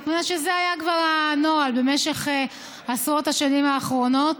מפני שזה היה כבר הנוהל במשך עשרות השנים האחרונות,